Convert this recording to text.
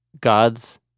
God's